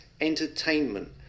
entertainment